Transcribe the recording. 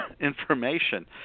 information